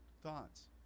thoughts